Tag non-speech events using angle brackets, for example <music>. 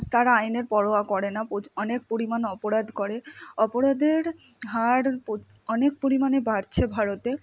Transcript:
তারা আইনের পরোয়া করে না <unintelligible> অনেক পরিমাণ অপরাধ করে অপরাধের হার <unintelligible> অনেক পরিমাণে বাড়ছে ভারতে